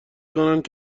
کنند